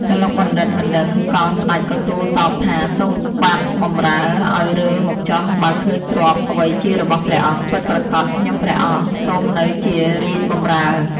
កឡុកបណ្ឌិត មិនដឹងកលស្ដេចក៏ទូល តបថា សូមចាត់បម្រើឲ្យរើមើលចុះបើឃើញទ្រព្យអ្វីជារបស់ព្រះអង្គពិតប្រាកដខ្ញុំព្រះអង្គ សូមនៅជារាជបម្រើ។